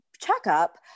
checkup